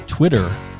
Twitter